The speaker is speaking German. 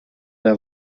der